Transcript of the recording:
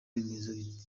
remezo